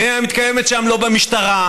היא איננה מתקיימת שם, לא במשטרה,